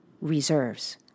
reserves